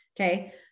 okay